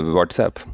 WhatsApp